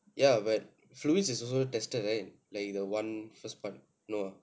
ya but fluids is also tested right like the one first part no ah